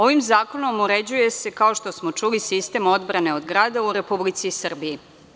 Ovim zakonom uređuje se, kao što smo čuli, sistem odbrane od grada u Republici Srbiji.